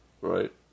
Right